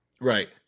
Right